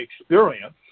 experience